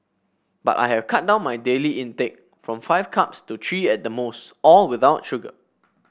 but I have cut down my daily intake from five cups to three at the most all without sugar